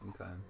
okay